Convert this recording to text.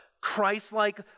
Christ-like